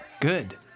Good